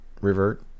revert